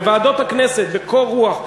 בוועדות הכנסת, בקור רוח.